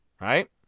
Right